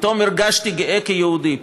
פתאום הרגשתי גאה כיהודי,